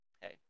hey